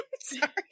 sorry